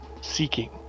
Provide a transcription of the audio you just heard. seeking